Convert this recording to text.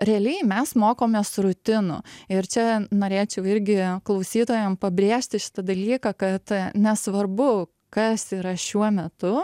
realiai mes mokomės rutinų ir čia norėčiau irgi klausytojam pabrėžti šitą dalyką kad nesvarbu kas yra šiuo metu